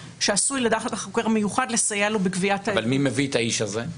שעשוי לדעת החוקר המיוחד לסייע לו בקביעת --- אבל מי מביא את האיש הזה?